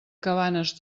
cabanes